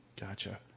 Gotcha